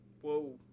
Whoa